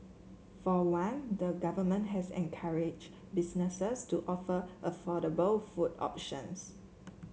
for one the Government has encouraged businesses to offer affordable food options